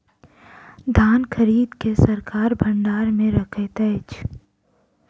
धान खरीद के सरकार भण्डार मे रखैत अछि